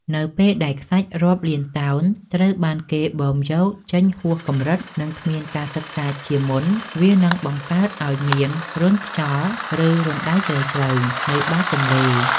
នៅពេលដែលខ្សាច់រាប់លានតោនត្រូវបានគេបូមយកចេញហួសកម្រិត និងគ្មានការសិក្សាជាមុន វានឹងបង្កើតឱ្យមានរន្ធខ្យល់ ឬរណ្តៅជ្រៅៗនៅបាតទន្លេ។